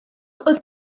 oedd